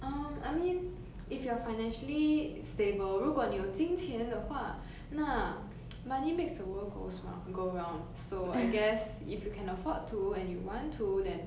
um I mean if you're financially stable 如果你有金钱的话那 money makes the world go smile go round so I guess if you can afford to and you want to then